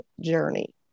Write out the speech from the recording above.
journey